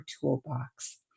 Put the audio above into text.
Toolbox